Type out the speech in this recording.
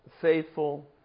faithful